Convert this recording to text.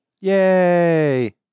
Yay